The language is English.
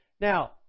Now